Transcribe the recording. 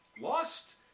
Lost